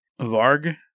Varg